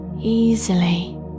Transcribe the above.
Easily